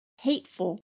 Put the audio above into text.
hateful